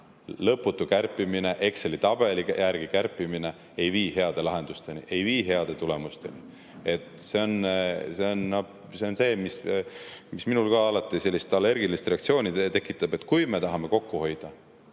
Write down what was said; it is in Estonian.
lõputu Exceli tabeli järgi kärpimine ei vii heade lahendusteni ega heade tulemusteni. See on see, mis ka minul alati allergilist reaktsiooni tekitab. Kui me tahame kokku hoida,